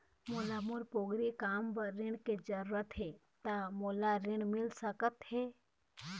मोला मोर पोगरी काम बर ऋण के जरूरत हे ता मोला ऋण मिल सकत हे?